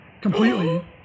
completely